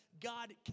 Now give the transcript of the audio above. God